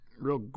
real